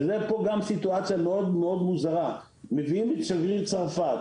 יש פה סיטואציה מאוד מוזרה, מביאים את שגריר צרפת,